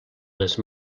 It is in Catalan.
les